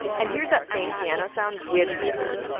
and here's that same piano sound with reverb